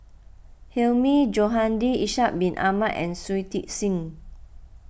Hilmi Johandi Ishak Bin Ahmad and Shui Tit Sing